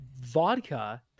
Vodka